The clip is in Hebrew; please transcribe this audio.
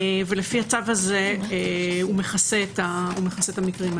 ולפי הצו הזה, מכסה את המקרים האלה.